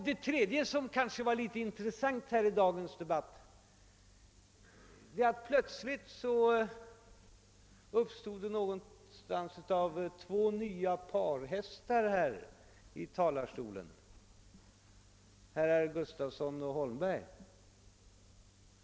Det tredje, som kanske är litet intressant i dagens debatt är att det plötsligt blev två nya parhästar här i talarstolen, nämligen herrar Gustafson i Göteborg och Holmberg.